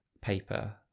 paper